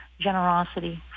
generosity